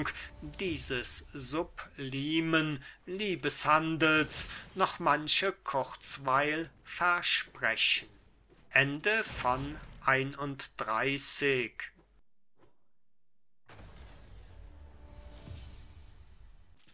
dieses sublimen liebeshandels noch manche kurzweil versprechen xxxii